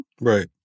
Right